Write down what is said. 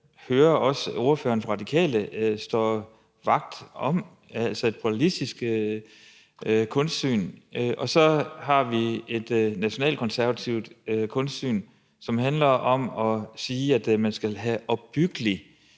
hører også ordføreren fra Radikale stå vagt om, altså et pluralistisk kunstsyn, og så har vi et nationalkonservativt kunstsyn, som handler om at sige, at man skal have opbyggelig